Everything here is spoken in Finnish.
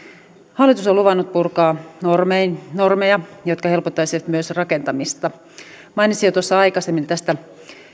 hallitus on luvannut purkaa normeja normeja mikä helpottaisi myös rakentamista mainitsin jo tuossa aikaisemmin näistä